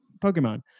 pokemon